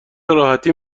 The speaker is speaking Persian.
راحتی